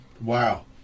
Wow